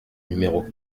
numéro